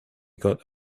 got